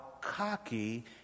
cocky